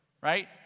Right